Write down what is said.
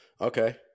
Okay